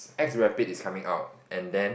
ex rapid is coming out and then